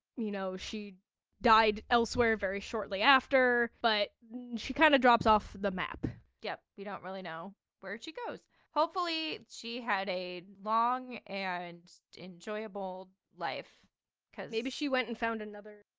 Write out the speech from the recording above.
you know, she died elsewhere very shortly after, but she kind of drops off the map yeah we don't really know where she goes. hopefully she had a long and enjoyable life because maybe she went and found another,